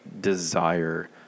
desire